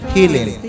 healing